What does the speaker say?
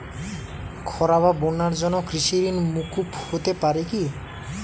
খরা বা বন্যার জন্য কৃষিঋণ মূকুপ হতে পারে কি?